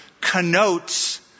connotes